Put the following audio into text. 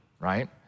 Right